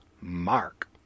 mark